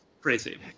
crazy